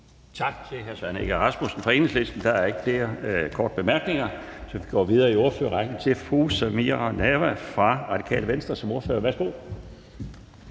Tak til hr. Søren Egge Rasmussen fra Enhedslisten. Der er ikke flere korte bemærkninger, så vi går videre i ordførerrækken til fru Samira Nawa fra Radikale Venstre. Kl.